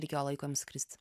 reikėjo laiko jum skrist